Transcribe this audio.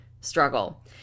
struggle